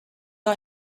are